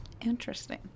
Interesting